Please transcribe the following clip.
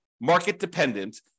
market-dependent